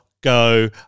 go